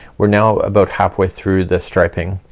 we're now about halfway through the striping.